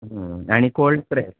आनी कोळ प्रॅस